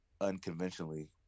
unconventionally